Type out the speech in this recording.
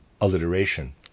alliteration